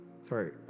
sorry